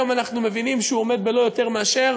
היום אנחנו מבינים שהוא עומד בלא יותר מאשר